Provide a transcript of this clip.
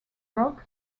rock